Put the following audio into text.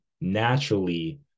Naturally